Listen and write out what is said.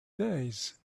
days